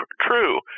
true